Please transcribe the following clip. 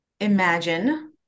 imagine